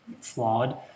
flawed